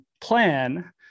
plan